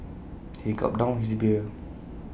he gulped down his beer